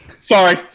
Sorry